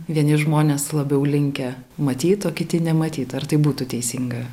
vieni žmonės labiau linkę matyt o kiti nematyt ar tai būtų teisinga